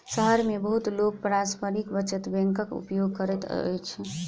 शहर मे बहुत लोक पारस्परिक बचत बैंकक उपयोग करैत अछि